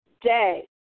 day